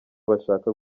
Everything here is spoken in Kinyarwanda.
bashaka